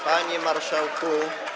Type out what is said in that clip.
Panie Marszałku!